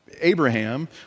Abraham